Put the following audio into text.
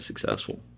successful